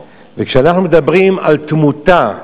וכשאנחנו מדברים על תמותה,